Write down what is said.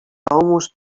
almost